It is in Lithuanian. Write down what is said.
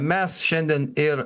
mes šiandien ir